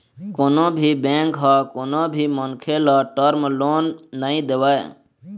कोनो भी बेंक ह कोनो भी मनखे ल टर्म लोन नइ देवय